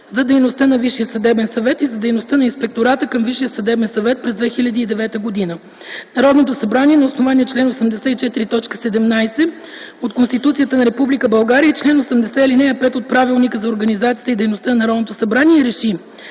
за дейността на Висшия съдебен съвет и за дейността на Инспектората към Висшия съдебен съвет през 2009 г. Народното събрание на основание чл. 84, т. 17 от Конституцията на Република България и чл. 80, ал. 5 от Правилника за организацията и дейността на Народното събрание